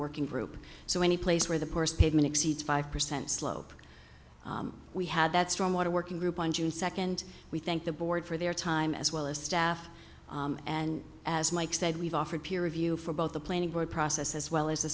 working group so any place where the poorest pavement exceeds five percent slope we had that strong water working group on june second we thank the board for their time as well as staff and as mike said we've offered peer review for both the planning board process as well as